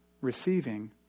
receiving